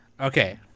Okay